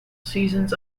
seasons